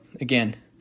again